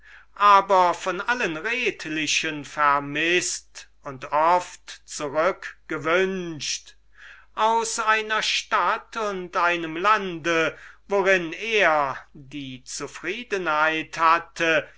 aber von allen rechtschaffenen vermißt und oft zurückgeseufzt aus einer stadt und aus einem lande worin er das vergnügen hatte